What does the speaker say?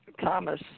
Thomas